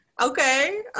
Okay